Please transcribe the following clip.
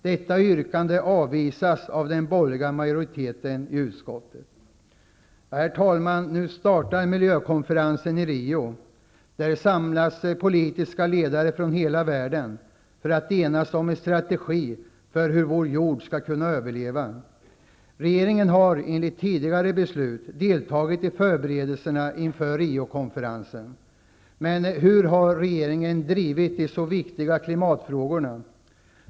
Detta yrkande avvisas av den borgerliga majoriteten i utskottet. Herr talman! Nu startar miljökonferensen i Rio. Där samlas politiska ledare från hela världen för att enas om en strategi för hur vår jord skall kunna överleva. Regeringen har, enligt tidigare beslut, deltagit i förberedelserna inför Riokonferensen. Men hur har regeringen drivit de så viktiga klimatfrågorna?